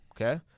okay